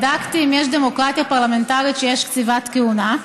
בדקתי אם יש דמוקרטיה פרלמנטרית שיש בה קציבת כהונה.